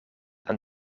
aan